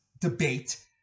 debate